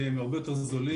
שהם הרבה יותר זולים,